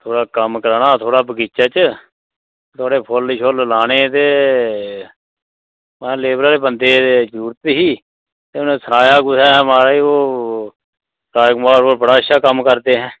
थोह्ड़ा कम्म कराना हा थोह्ड़ा बगीचै च यरो फुल्ल लाने हे ते लेबर आह्ले बंदे दी जरूरत ही ते कन्नै सनाया कुसै म्हाराज ओह् राज कुमार होर बड़ा अच्छा कम्म करदे ऐहें